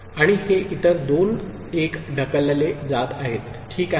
आणि हे इतर दोन 1 ढकलले जात आहेत ठीक आहे